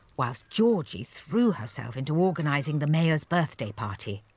whilst georgie threw herself into organising the mayor's birthday party.